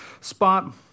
spot